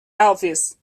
elvis